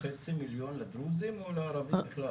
חמש מיליון לדרוזים או לערבים בכלל?